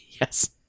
yes